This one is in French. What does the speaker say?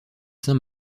saint